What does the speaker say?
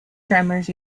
drummers